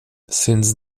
since